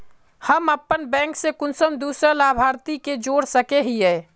हम अपन बैंक से कुंसम दूसरा लाभारती के जोड़ सके हिय?